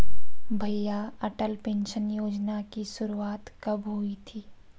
भैया अटल पेंशन योजना की शुरुआत कब हुई थी?